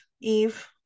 Eve